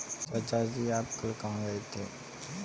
चाचा जी आप कल कहां गए थे?